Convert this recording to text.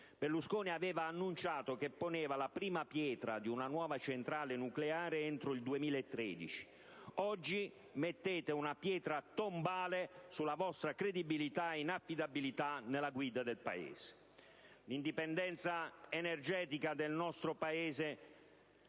Berlusconi aveva annunciato che avrebbe posto la prima pietra di una nuova centrale nucleare entro il 2013. Oggi mettete una pietra tombale sulla vostra credibilità e inaffidabilità nella guida del Paese. L'indipendenza energetica del nostro Paese